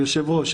היושב ראש,